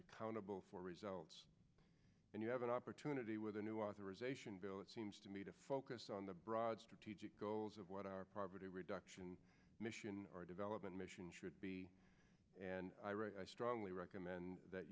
accountable for results and you have an opportunity with a new authorization bill it seems to me to focus on the broad strategic goals of what our poverty reduction mission or development mission should be and i strongly recommend that